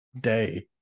day